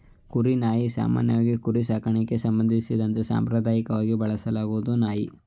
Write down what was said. ಕುರಿ ನಾಯಿ ಸಾಮಾನ್ಯವಾಗಿ ಕುರಿ ಸಾಕಣೆಗೆ ಸಂಬಂಧಿಸಿದಂತೆ ಸಾಂಪ್ರದಾಯಕವಾಗಿ ಬಳಸಲಾಗುವ ನಾಯಿ